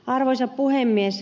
arvoisa puhemies